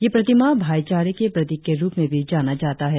ये प्रतिमा भाईचारे के प्रतिक के रुप में भी जाना जाता है